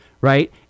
Right